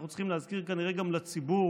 ואנחנו צריכים להזכיר, כנראה, גם לציבור